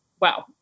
wow